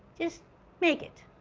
just make it.